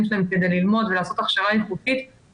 שלהם כדי ללמוד ולעשות הכשרה איכותית,